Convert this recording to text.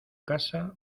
casa